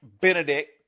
Benedict